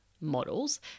models